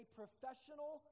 professional